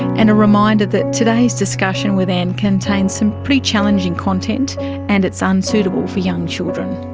and a reminder that today's discussion with anne contains some pretty challenging content and it's ah unsuitable for young children.